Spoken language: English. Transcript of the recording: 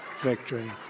victory